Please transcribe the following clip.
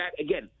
again